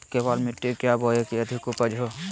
केबाल मिट्टी क्या बोए की अधिक उपज हो?